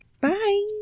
bye